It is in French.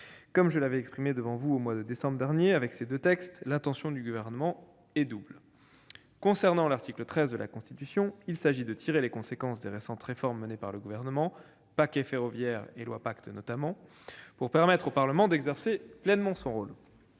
Comme je l'avais exprimé devant vous au mois de décembre dernier, avec ces deux textes, l'intention du Gouvernement est double. Concernant l'article 13 de la Constitution, il s'agit de tirer les conséquences des récentes réformes menées par le Gouvernement- je pense notamment au « paquet ferroviaire » et à la loi Pacte -pour permettre au Parlement d'exercer pleinement son rôle.